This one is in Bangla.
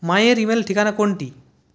মায়ের ইমেল ঠিকানা কোনটি